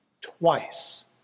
twice